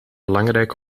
belangrijk